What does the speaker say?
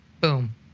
boom